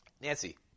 Nancy